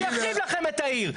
זה יחריב לכם את העיר.